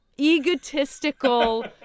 egotistical